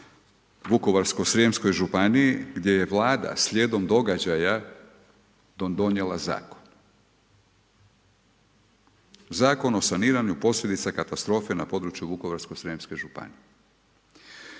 Vukovarsko srijemskoj županiji, gdje je Vlada slijedom događaja donijela zakon. Zakon o saniranju posljedica katastrofe na području Vukovarske srijemske županije.